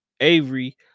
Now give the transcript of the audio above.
avery